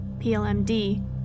PLMD